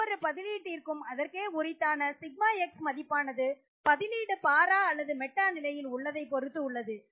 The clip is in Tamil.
ஒவ்வொரு பதிலீட்டிற்கும் அதற்கே உரித்தான σX மதிப்பானது பதிலீடு பாரா அல்லது மெட்டா நிலையில் உள்ளதை பொறுத்து உள்ளது